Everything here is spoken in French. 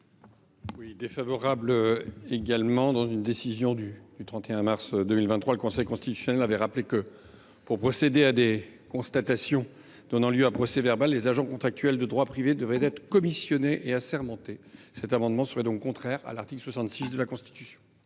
du Gouvernement ? Dans une décision du 31 mars 2023, le Conseil constitutionnel a rappelé que, pour procéder à des constatations donnant lieu à procès verbal, les agents contractuels de droit privé devaient être commissionnés et assermentés. Les dispositions proposées dans ces amendements seraient donc contraires à l’article 66 de la Constitution,